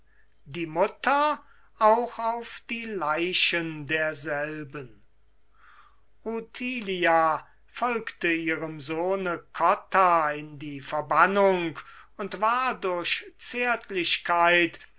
die mutter auch auf die leichen derselben rutilia folgte ihrem sohne cotta in die verbannung und war durch zärtlichkeit